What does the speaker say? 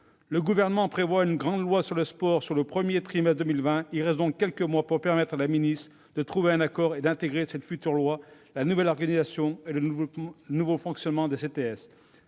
Le Gouvernement prévoit une grande loi sur le sport pour le premier trimestre de 2020. Il reste donc quelques mois à la ministre pour trouver un accord et intégrer, dans cette future loi, la nouvelle organisation et le nouveau fonctionnement des CTS.